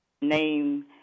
name